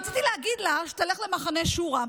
רציתי להגיד לה שתלך למחנה שורה.